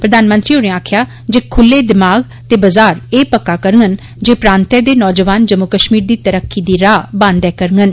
प्रधानमंत्री होरे आक्खेआ जे खुल्ले दिमाग ते बाजार एह पक्का करगंन जे प्रांतै दे नौजवान जम्मू कश्मीर दी तरक्की दी राह बांदे करगंन